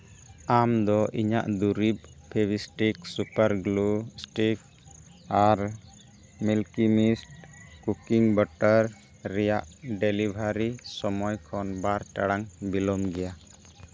ᱟᱢᱫᱚ ᱤᱧᱟᱹᱜ ᱫᱩᱨᱤᱵᱽ ᱯᱷᱮᱹᱵᱤᱥᱴᱤᱠ ᱥᱩᱯᱟᱨ ᱜᱞᱳ ᱥᱴᱤᱠ ᱟᱨ ᱢᱤᱞᱠᱤᱢᱤᱥᱴ ᱠᱳᱠᱤᱝ ᱵᱟᱴᱟᱨ ᱨᱮᱭᱟᱜ ᱰᱮᱞᱤᱵᱷᱟᱨᱤ ᱥᱚᱢᱚᱭ ᱠᱷᱚᱱ ᱵᱟᱨ ᱴᱟᱲᱟᱝ ᱵᱤᱞᱚᱢ ᱜᱮᱭᱟ